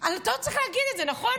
אז אתה לא צריך להגיד את זה, נכון?